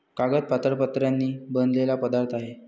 कागद पातळ पत्र्यांनी बनलेला पदार्थ आहे